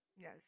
yes